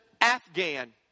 Afghan